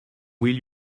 will